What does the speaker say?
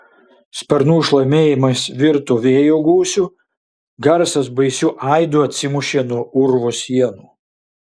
sparnų šlamėjimas virto vėjo gūsiu garsas baisiu aidu atsimušė nuo urvo sienų